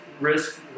risk